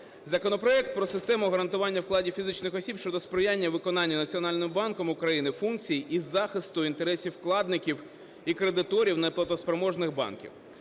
Законопроект про систему гарантування вкладів фізичних осіб щодо сприяння виконання Національним банком України функцій із захисту інтересів вкладників і кредиторів неплатоспроможних банків.